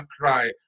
cry